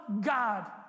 God